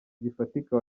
gifatika